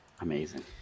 Amazing